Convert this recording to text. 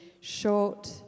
short